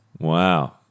Wow